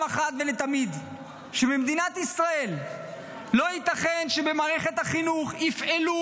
אחת ולתמיד שבמדינת ישראל לא ייתכן שבמערכת החינוך יפעלו